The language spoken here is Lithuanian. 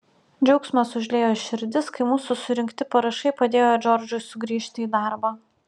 džiaugsmas užliejo širdis kai mūsų surinkti parašai padėjo džordžui sugrįžti į darbą